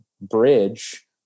bridge